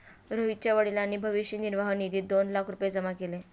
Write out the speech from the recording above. रोहितच्या वडिलांनी भविष्य निर्वाह निधीत दोन लाख रुपये जमा केले